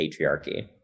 patriarchy